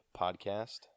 podcast